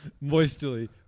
Moistly